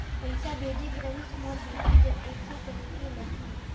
पइसा भेजेक रहिस मोर बेटी जग कइसे करेके लगही?